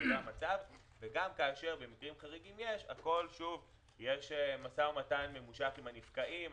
וגם כאשר במקרים חריגים יש הפקעה יש משא ומתן ממושך עם הנפקעים.